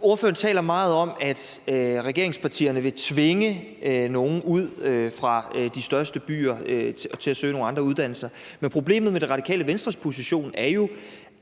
Ordføreren taler meget om, at regeringspartierne vil tvinge nogle ud fra de største byer og til at søge nogle andre uddannelser, men problemet med Radikale Venstres position er jo,